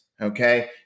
okay